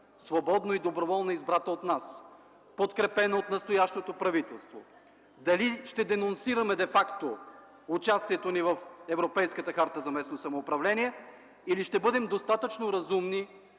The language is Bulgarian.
свободно и доброволно избрана от нас, подкрепена от настоящето правителство, дали ще денонсираме де факто участието ни в Европейската харта за местно самоуправление, или ще бъдем достатъчно разумни,